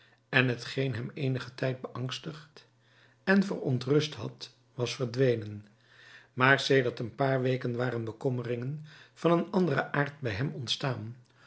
en t geen hem eenigen tijd beangstigd en verontrust had was verdwenen maar sedert een paar weken waren bekommeringen van een anderen aard bij hem ontstaan